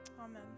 Amen